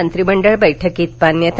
मंत्रिमंडळ बैठकीत मान्यता